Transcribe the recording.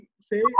say